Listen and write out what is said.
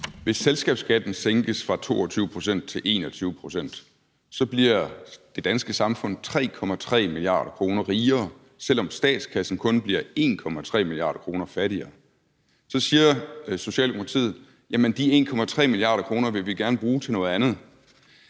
Hvis selskabsskatten sænkes fra 22 pct. til 21 pct., bliver det danske samfund 3,3 mia. kr. rigere, selv om statskassen kun bliver 1,3 mia. kr. fattigere. Så siger Socialdemokratiet: De 1,3 mia. kr. vil vi gerne bruge til noget andet.